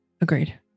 Agreed